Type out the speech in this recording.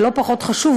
ולא פחות חשוב,